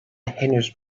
henüz